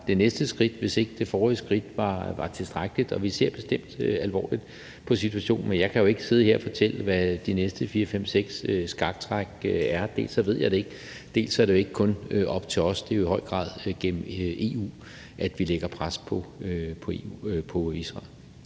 det næste skridt, hvis det forrige skridt ikke var tilstrækkeligt. Og vi ser bestemt alvorligt på situationen. Jeg kan jo ikke sidde her og fortælle, hvad de næste fire-fem-seks skaktræk er. Dels ved jeg det ikke, dels er det jo ikke kun op til os. Det er jo i høj grad gennem EU, vi lægger pres på Israel.